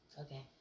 Okay